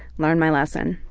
learned my lesson.